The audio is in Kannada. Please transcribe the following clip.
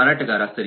ಮಾರಾಟಗಾರ ಸರಿ